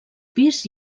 pis